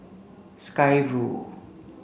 Sky Vue